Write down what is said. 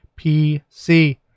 PC